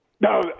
No